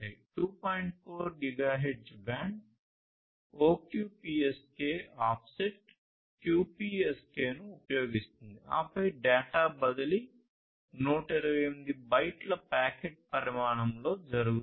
4 gigahertz band OQPSK offset QPSK ను ఉపయోగిస్తుంది ఆపై డేటా బదిలీ 128 బైట్ల ప్యాకెట్ పరిమాణంలో జరుగుతుంది